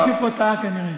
מישהו פה טעה כנראה.